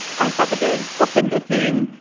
i start again, open the thing,